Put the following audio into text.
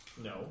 No